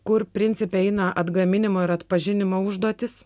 kur principe eina atgaminimo ir atpažinimo užduotys